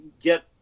get